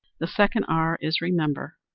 the second r is remember.